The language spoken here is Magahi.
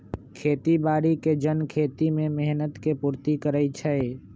खेती बाड़ी के जन खेती में मेहनत के पूर्ति करइ छइ